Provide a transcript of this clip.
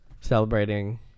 celebrating